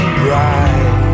bright